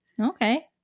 Okay